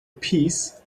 piece